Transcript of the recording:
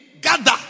gather